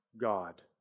God